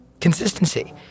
consistency